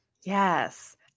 Yes